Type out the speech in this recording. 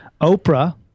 Oprah